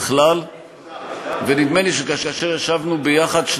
כאלה שיפספסו את זמן קריאת שמע של שחרית.